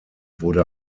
wurde